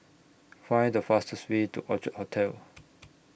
Find The fastest Way to Orchard Hotel